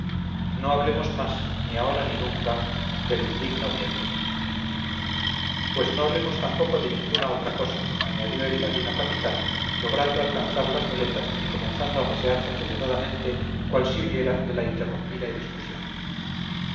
no hablemos más ni ahora ni nunca del indigno viejo pues no hablemos tampoco de ninguna otra cosa añadió el ladino capitán logrando alcanzar las muletas y comenzando a pasearse aceleradamente cual si huyera de la interrumpida discusión